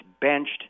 benched